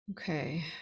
Okay